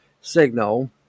signal